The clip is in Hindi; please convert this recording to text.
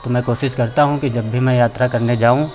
तो मैं कोशिश करता हूँ कि जब भी मैं यात्रा करने जाऊँ